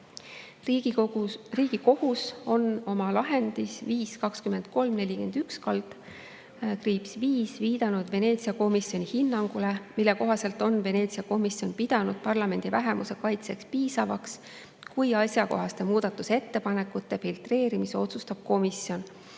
Riigikohus on oma lahendis 5-23-41/5 viidanud Veneetsia komisjoni hinnangule, mille kohaselt on Veneetsia komisjon pidanud parlamendi vähemuse kaitseks piisavaks seda, kui asjakohaste muudatusettepanekute filtreerimise otsustab komisjon,